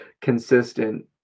consistent